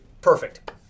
Perfect